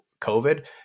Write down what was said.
COVID